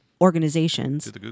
organizations